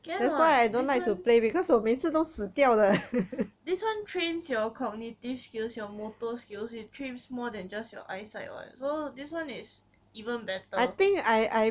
can [what] this one this one trains your cognitive skills your motors skills it trains more than just your eyesight [what] so this one is even better